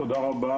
שלום, תודה רבה,